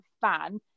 fan